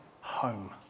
home